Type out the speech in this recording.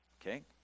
Okay